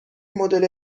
مدل